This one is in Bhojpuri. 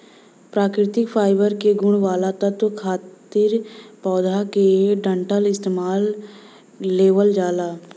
प्राकृतिक फाइबर के गुण वाला तत्व खातिर पौधा क डंठल इस्तेमाल लेवल जाला